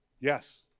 Yes